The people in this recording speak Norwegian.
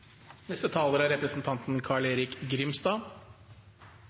Neste talar er